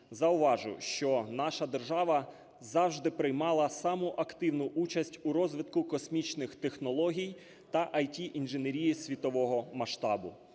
Зауважу, що наша держава завжди приймала саму активну участь у розвитку космічних технологій та ІТ-інженерії світового масштабу.